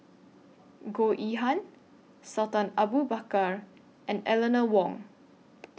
Goh Yihan Sultan Abu Bakar and Eleanor Wong